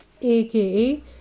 AKA